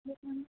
অঁ